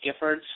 Giffords